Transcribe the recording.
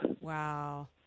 Wow